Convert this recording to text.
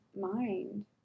mind